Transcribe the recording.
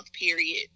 period